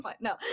no